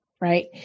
right